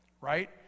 right